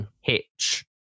Hitch